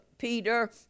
Peter